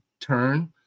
turn